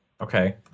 Okay